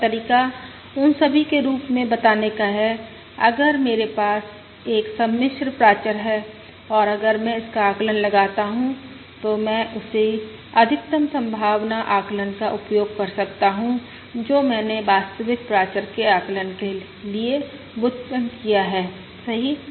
दूसरा तरीका उन सभी के रूप में बताने का है अगर मेरे पास एक सम्मिश्र प्राचर h है और अगर मैं इसका आकलन लगाता हूं तो मैं उसी अधिकतम संभावना आकलनका उपयोग कर सकता हूं जो मैंने वास्तविक प्राचर के आकलन के लिए व्युत्पन्न किया है सही